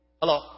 Hello